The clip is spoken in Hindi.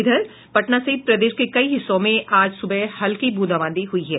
इधर पटना सहित प्रदेश के कई हिस्सों में आज सुबह हल्की ब्रंदाबांदी हुयी है